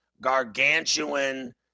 gargantuan